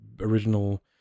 original